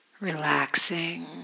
relaxing